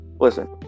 listen